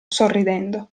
sorridendo